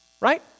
Right